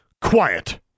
Quiet